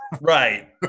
Right